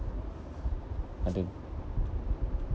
other